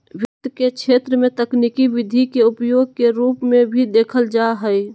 वित्त के क्षेत्र में तकनीकी विधि के उपयोग के रूप में भी देखल जा हइ